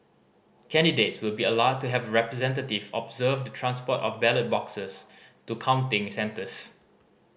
candidates will be allowed to have a representative observe the transport of ballot boxes to counting centres